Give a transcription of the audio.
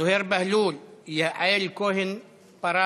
זוהיר בלול, יעל כהן-פארן,